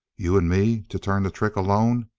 you and me to turn the trick alone?